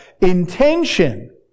intention